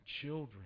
children